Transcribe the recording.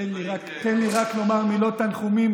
תן לי רק לומר מילות תנחומים